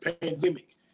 pandemic